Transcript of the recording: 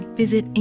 visit